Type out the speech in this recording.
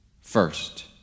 first